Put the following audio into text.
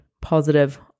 positive